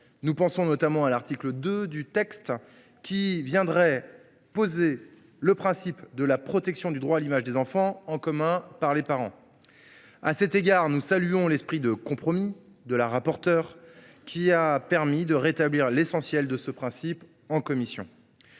Nous pensons notamment à l’article 2, qui exprime le principe d’une protection du droit à l’image des enfants, en commun, par les parents. À cet égard, nous saluons l’esprit de compromis de notre rapporteure, qui a permis de rétablir l’essentiel de ce principe en commission.